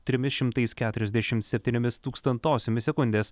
trimis šimtais keturiasdešimt septyniomis tūkstantosiomis sekundės